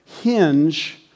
hinge